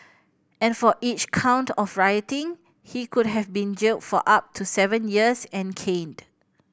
and for each count of rioting he could have been jailed for up to seven years and caned